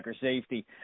safety